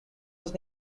was